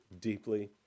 deeply